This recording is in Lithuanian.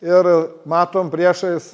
ir matom priešais